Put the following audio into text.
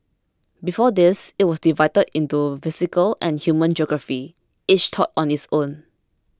before this it was divided into physical and human geography each taught on its own